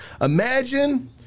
Imagine